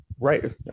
Right